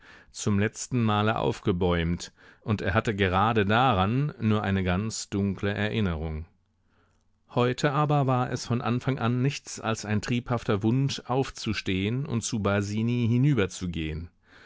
zum letzten male aufgebäumt und er hatte gerade daran nur eine ganz dunkle erinnerung heute aber war es von anfang an nichts als ein triebhafter wunsch aufzustehen und zu basini hinüber